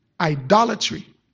idolatry